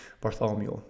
Bartholomew